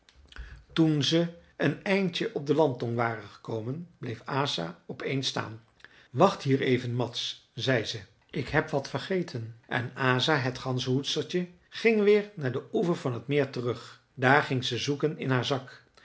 toen ze een eindje op de landtong waren gekomen bleef asa op eens staan wacht hier even mads zei ze ik heb wat vergeten en asa het ganzenhoedstertje ging weer naar den oever van t meer terug daar ging ze zoeken in haar zak